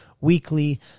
weekly